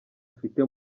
afite